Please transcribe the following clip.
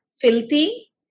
filthy